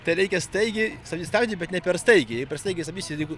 tai reikia staigiai stabdyt stabdį bet ne per staigiai jei per staigiai stabdysi jeigu